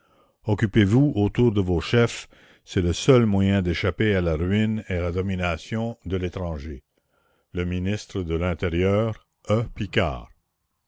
occupez-vous autour de vos chefs c'est le seul moyen d'échapper à la ruine et à la domination de l'étranger le ministre de l'intérieur